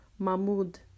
Mahmud